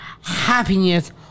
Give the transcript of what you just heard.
Happiness